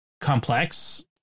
complex